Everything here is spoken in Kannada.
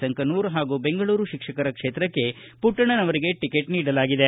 ಸಂಕನೂರು ಹಾಗೂ ಬೆಂಗಳೂರು ಶಿಕ್ಷಕರ ಕ್ಷೇತ್ರಕ್ಕೆ ಮಟ್ಟಣವರಿಗೆ ಟಕೆಟ್ ನೀಡಲಾಗಿದೆ